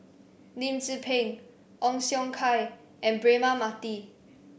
Lim Tze Peng Ong Siong Kai and Braema Mathi